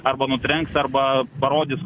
arba nutrenks arba parodys